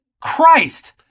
Christ